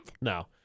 No